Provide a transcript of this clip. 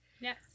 Yes